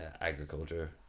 agriculture